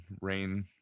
Rain